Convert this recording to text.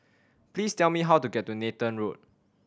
please tell me how to get to Nathan Road